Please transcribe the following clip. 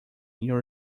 your